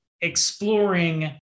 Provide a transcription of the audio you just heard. exploring